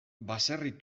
baserri